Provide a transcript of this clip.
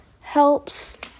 helps